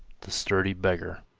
the sturdy beggar